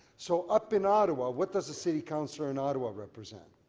so up in ottawa, what does a city councilor in ottawa represent?